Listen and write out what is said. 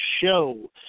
show